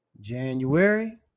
January